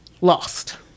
lost